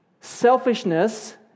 Selfishness